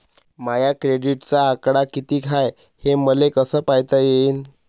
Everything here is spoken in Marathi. माया क्रेडिटचा आकडा कितीक हाय हे मले कस पायता येईन?